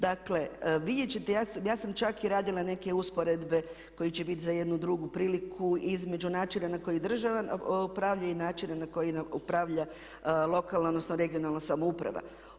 Dakle vidjet ćete, ja sam čak i radila neke usporedbe koje će biti za jednu drugu priliku, između načina na koji država upravlja i načina na koji upravlja lokalna odnosno regionalna samouprava.